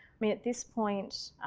mean, at this point,